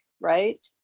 right